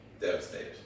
Devastated